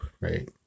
right